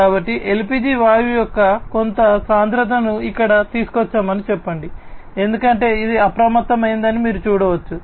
కాబట్టి ఎల్పిజి వాయువు యొక్క కొంత సాంద్రతను ఇక్కడకు తీసుకువచ్చామని చెప్పండి ఎందుకంటే ఇది అప్రమత్తమైందని మీరు చూడవచ్చు